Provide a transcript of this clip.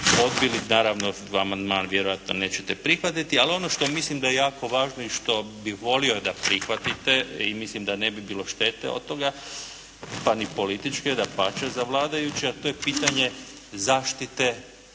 odbili, naravno da amandman vjerojatno nećete prihvatiti, ali ono što mislim da je jako važno i što bih volio da prihvatite i mislim da ne bi bilo štete od toga, pa ni političke, dapače za vladajuće, a to je pitanje zaštite